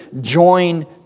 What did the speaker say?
join